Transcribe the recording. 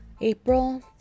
april